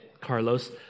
Carlos